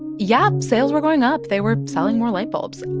yeah, sales were going up. they were selling more light bulbs.